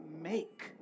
make